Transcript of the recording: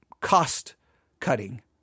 cost-cutting